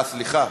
סליחה.